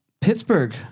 Pittsburgh